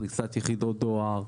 פריסת יחידות דואר.